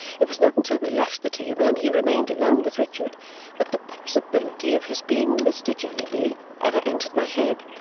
it was not until we left the table and he remained alone with richard that the possibility of his being mr. jellyby ever entered my head.